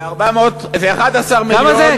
זה 11 מיליון, כמה זה?